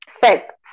facts